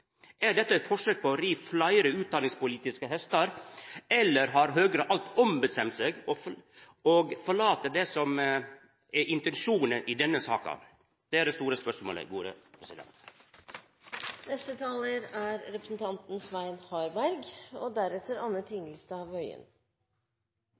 Er dette eit forsøk på å ri fleire utdanningspolitiske hestar, eller har Høgre alt ombestemt seg – og forlate det som er intensjonen i denne saka? Det er det store spørsmålet.